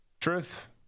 Truth